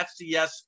FCS